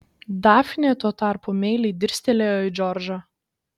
dafnė tuo tarpu meiliai dirstelėjo į džordžą